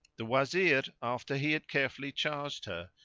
the wazir, after he had carefully charged her,